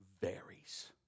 varies